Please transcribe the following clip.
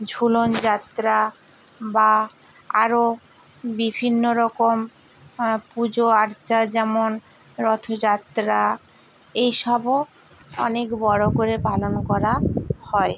ঝুলনযাত্রা বা আরও বিভিন্ন রকম পুজো আর্চা যেমন রথযাত্রা এই সবও অনেক বড়ো করে পালন করা হয়